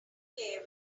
care